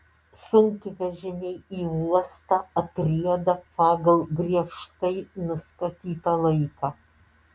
sunkvežimiai į uostą atrieda pagal griežtai nustatytą laiką